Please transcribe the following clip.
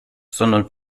sondern